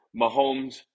Mahomes